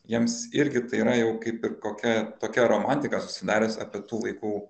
jiems irgi tai yra jau kaip ir kokia tokia romantika susidarius apie tų laikų